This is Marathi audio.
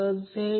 तर हे 40 आहे